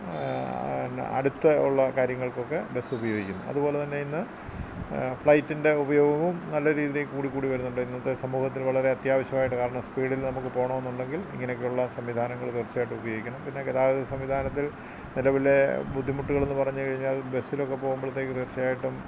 എന്ന അടുത്ത ഉള്ള കാര്യങ്ങൾക്കൊക്കെ ബെസ്സുപയോഗിക്കുന്നു അതുപോലെതന്നിന്ന് ഫ്ലൈറ്റിൻറ്റുപയോഗോം നല്ല രീതിയില് കൂടിക്കൂടി വരുന്നുണ്ട് ഇന്നത്തെ സമൂഹത്തിൽ വളരെ അത്യാവശ്യമായിട്ട് കാണുന്ന സ്പീഡിൽ നമുക്ക് പോകണമെന്നുണ്ടെങ്കിൽ ഇങ്ങനെയൊക്കെയുള്ള സംവിധാനങ്ങള് തീർച്ചയായിട്ടും ഉപയോഗിക്കണം പിന്നെ ഗതാഗത സംവിധാനത്തിൽ നിലവിലെ ബുദ്ധിമുട്ടുകളെന്ന് പറഞ്ഞുകഴിഞ്ഞാൽ ബസ്സിലൊക്കെ പോകുമ്പഴത്തേക്കും തീർച്ചയായിട്ടും